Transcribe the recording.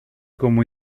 como